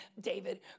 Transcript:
David